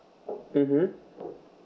mmhmm